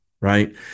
right